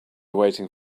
waiting